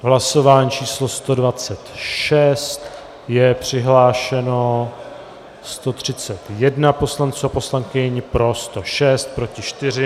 V hlasování číslo 126 je přihlášeno 131 poslanců a poslankyň, pro 106, proti 4.